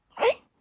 Right